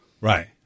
Right